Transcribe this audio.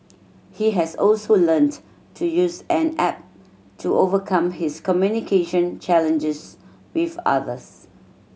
he has also learnt to use an app to overcome his communication challenges with others